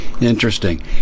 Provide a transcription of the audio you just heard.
Interesting